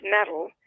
metal